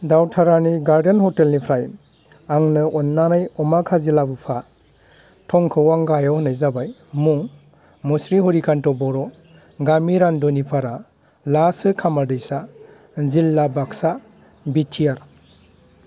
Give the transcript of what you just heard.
दावथारानि garden हटेलनिफ्राय आंनो अननानै अमा खाजि लाबोफा थंखौ आं गाहायाव होनाय जाबाय मुं मुस्रि हरिखान्थ' बर' गामि रानदनिफारा ला सो खामा दैसा जिल्ला बाक्सा बिटिआर